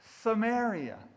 Samaria